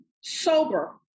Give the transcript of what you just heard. sober